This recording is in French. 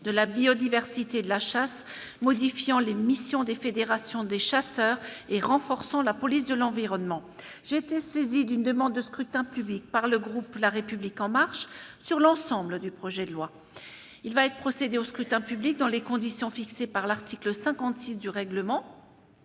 de la biodiversité et de la chasse, modifiant les missions des fédérations des chasseurs et renforçant la police de l'environnement. J'ai été saisie d'une demande de scrutin public émanant du groupe La République En Marche. Il va être procédé au scrutin dans les conditions fixées par l'article 56 du règlement.